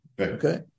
Okay